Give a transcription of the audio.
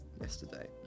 yesterday